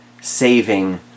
saving